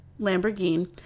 Lamborghini